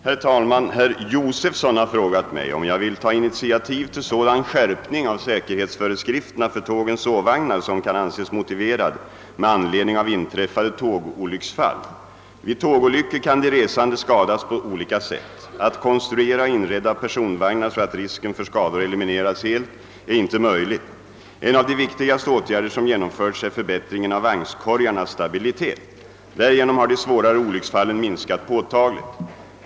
Herr talman! Herr Josefson i Arrie har frågat mig om jag vill ta initiativ till sådan skärpning av säkerhetsföreskrifterna för tågens sovvagnar, som kan anses motiverad med anledning av inträffade tågolycksfall. Vid tågolyckor kan de resande skadas på olika sätt. Att konstruera och inreda personvagnar så att risken för skador elimineras helt är inte möjligt. En av de viktigaste åtgärder som genomförts är förbättringen av vagnskorgarnas stabilitet. Därigenom har de svårare olycksfallen minskat påtagligt.